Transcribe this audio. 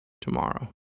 tomorrow